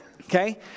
Okay